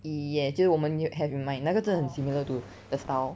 yeah 就是我们有 have in mind 那个真的很 similar to the style